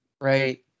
Right